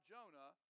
Jonah